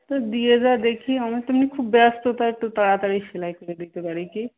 তো দিয়ে যা দেখি আমি তো এমনি খুব ব্যস্ত তাই একটু তাড়াতাড়ি সেলাই করে দিতে পারি কি